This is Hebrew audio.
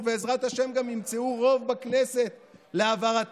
ובעזרת השם גם יימצא רוב בכנסת להעברתם,